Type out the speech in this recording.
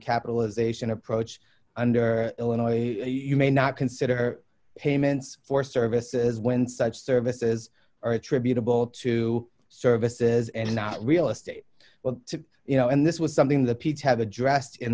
capitalization approach under illinois you may not consider payments for services when such services are attributable to services and not real estate well you know and this was something the piece have addressed in